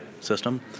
system